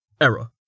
Error